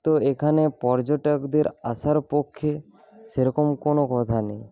তো এখানে পর্যটকদের আশার পক্ষে সেরকম কোনও কথা নেই